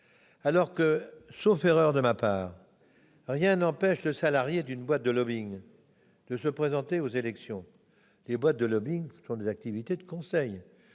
politique., sauf erreur de ma part, rien n'empêche le salarié d'une société de lobbying de se présenter aux élections. Le lobbying est une activité de conseil